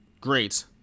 Great